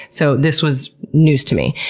so this was news to me.